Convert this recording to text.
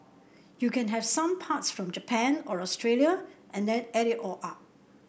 you can have some parts from Japan or Australia and then add it all up